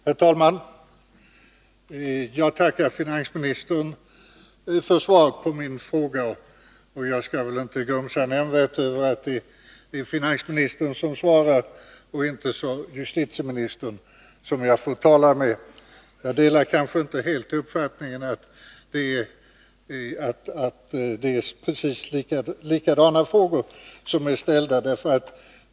Herr talman! Jag tackar finansministern för svaret på min fråga. Jag skall inte grumsa nämnvärt över att jag inte får tala med justitieministern utan att det är finansministern som svarar. Jag delar kanske inte helt uppfattningen att det är precis likadana frågor som Bo Lundgren och jag har ställt.